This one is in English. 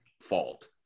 fault